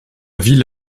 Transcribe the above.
ville